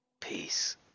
peace